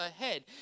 ahead